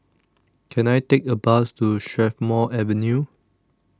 Can I Take A Bus to Strathmore Avenue